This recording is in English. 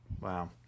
Wow